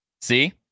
See